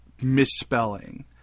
misspelling